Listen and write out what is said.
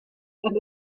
and